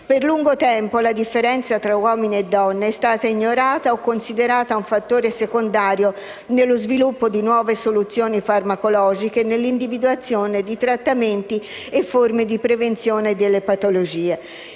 Per lungo tempo, la differenza tra uomini e donne è stata ignorata o considerata un fattore secondario nello sviluppo di nuove soluzioni farmacologiche e nell'individuazione di trattamenti e forme di prevenzione delle patologie.